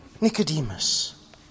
Nicodemus